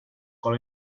call